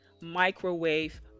microwave